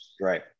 Right